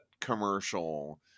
commercial